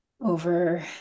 over